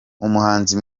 umuhanzi